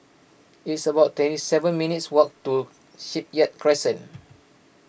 it's about twenty seven minutes' walk to Shipyard Crescent